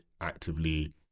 actively